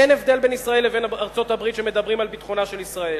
אין הבדל בין ישראל לבין ארצות-הברית כשמדברים על ביטחונה של ישראל.